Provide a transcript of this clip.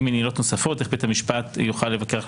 אם אין עילות נוספות איך בית המשפט יוכל לבקר.